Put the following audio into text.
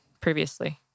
previously